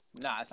Nah